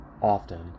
often